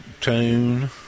tune